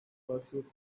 pursuit